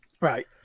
right